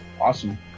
Awesome